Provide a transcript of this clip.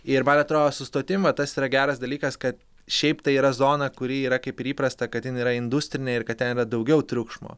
ir man atrodo su stotim vat tas yra geras dalykas kad šiaip tai yra zona kuri yra kaip ir įprasta kad ten yra industrinė ir kad ten yra daugiau triukšmo